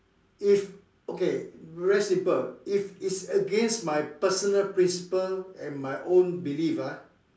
if okay very simple if it's against my personal principle and my own belief ah